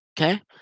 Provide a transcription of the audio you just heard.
Okay